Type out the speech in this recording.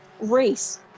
race